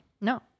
No